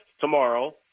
tomorrow